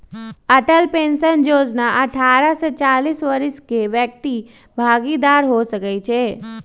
Atal pension जोजना अठारह से चालीस वरिस के व्यक्ति भागीदार हो सकइ छै